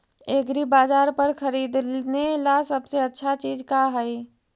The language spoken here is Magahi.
एग्रीबाजार पर खरीदने ला सबसे अच्छा चीज का हई?